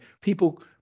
people